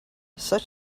such